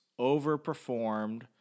overperformed